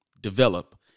develop